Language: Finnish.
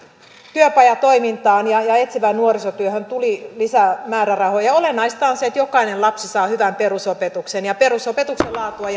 työpajatoimintaan ja ja etsivään nuorisotyöhön tuli lisää määrärahoja olennaista on se että jokainen lapsi saa hyvän perusopetuksen ja perusopetuksen laatua